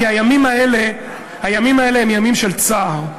כי הימים האלה הם ימים של צער,